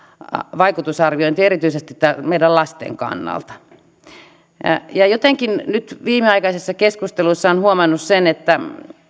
vaikutusarviointi erityisesti meidän lasten kannalta jotenkin nyt viimeaikaisessa keskustelussa on huomannut sen että